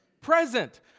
Present